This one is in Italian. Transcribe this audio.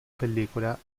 pellicola